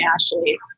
Ashley